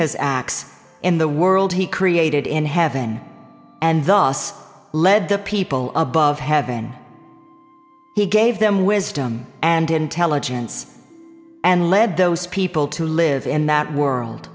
his acts in the world he created in heaven and thus led the people above heaven he gave them wisdom and intelligence and led those people to live in that world